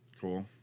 Cool